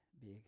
big